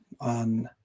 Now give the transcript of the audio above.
on